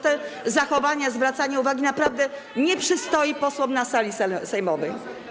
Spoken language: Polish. Te zachowania, zwracanie uwagi naprawdę nie przystoją posłom na sali sejmowej.